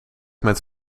met